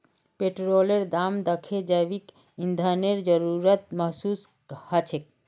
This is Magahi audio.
पेट्रोलेर दाम दखे जैविक ईंधनेर जरूरत महसूस ह छेक